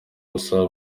basaba